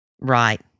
Right